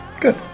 Good